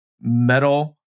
metal